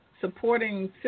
supporting